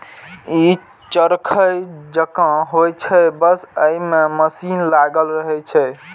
ई चरखे जकां होइ छै, बस अय मे मशीन लागल रहै छै